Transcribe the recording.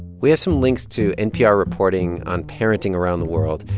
we have some links to npr reporting on parenting around the world.